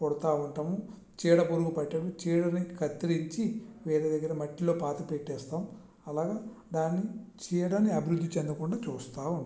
కొడతా ఉంటాము చీడపురుగు పడినప్పుడు చీడను కత్తిరించి వేరే దగ్గర మట్టిలో పాతి పెట్టేస్తాము అలాగే దాన్ని చీడని అభివృద్ధి చెండకుండా చూస్తూ ఉంటాము